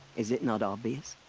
is it not obvious?